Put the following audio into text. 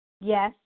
yes